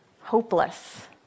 hopeless